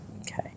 Okay